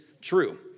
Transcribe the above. true